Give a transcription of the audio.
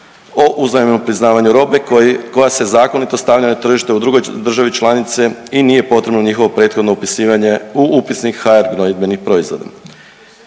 o uzajamnom priznavanju robe koja se zakonito stavlja na tržište u drugoj državi članici i nije potrebno njihovo prethodno upisivanje u Upisnik HR gnojidbenih proizvoda.